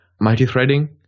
multi-threading